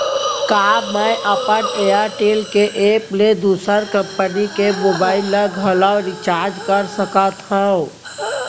का मैं अपन एयरटेल के एप ले दूसर कंपनी के मोबाइल ला घलव रिचार्ज कर सकत हव?